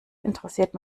interessiert